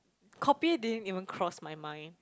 copying didn't even cross my mind